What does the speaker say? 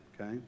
okay